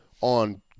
on